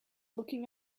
looking